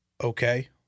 okay